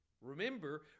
Remember